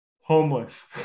homeless